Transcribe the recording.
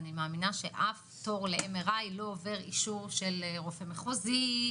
אני מאמינה שאף תור ל-MRI לא עובר אישור של רופא מחוזי,